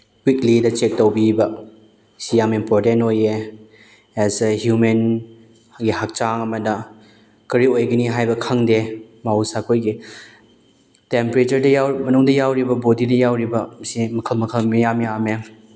ꯋꯤꯛꯂꯤꯗ check ꯇꯧꯕꯤꯕ ꯁꯤ ꯌꯥꯝ ꯏꯝꯄꯣꯔꯇꯦꯟ ꯑꯣꯏꯌꯦ ꯑꯦꯁ ꯑꯦ ꯍ꯭ꯌꯨꯃꯦꯟꯒꯤ ꯍꯛꯆꯥꯡ ꯑꯃꯅ ꯀꯔꯤ ꯑꯣꯏꯒꯅꯤ ꯍꯥꯏꯕ ꯈꯪꯗꯦ ꯃꯍꯧꯁꯥ ꯑꯩꯈꯣꯏꯒꯤ ꯇꯦꯝꯄꯔꯦꯇꯔꯗ ꯃꯅꯨꯡꯗ ꯌꯥꯎꯔꯤꯕ ꯕꯣꯗꯤꯗ ꯌꯥꯎꯔꯤꯁꯦ ꯃꯈꯜ ꯃꯈꯜ ꯃꯌꯥꯝ ꯌꯥꯝꯃꯦ